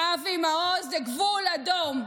אבי מעוז הוא גבול אדום.